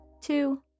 two